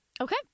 Okay